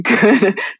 good